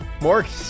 Morgan